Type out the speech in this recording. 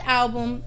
album